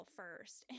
first